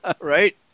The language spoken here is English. right